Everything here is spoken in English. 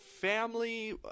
family